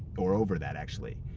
or over that, actually.